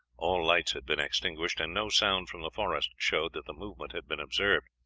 all lights had been extinguished, and no sound from the forest showed that the movement had been observed.